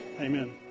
Amen